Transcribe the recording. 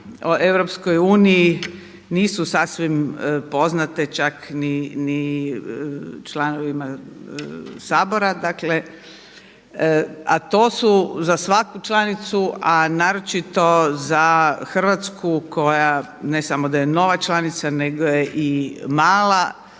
stvari o EU nisu sasvim poznate čak ni članovima Sabora, dakle a to su za svaku članicu a naročito za Hrvatsku koja ne samo da je nova članica nego je i mala,